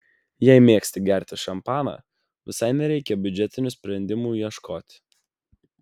jei mėgsti gerti šampaną visai nereikia biudžetinių sprendimų ieškoti